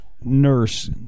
nurse